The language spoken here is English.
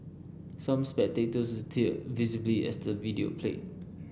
some spectators teared visibly as the video played